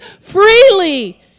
freely